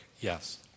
Yes